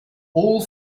all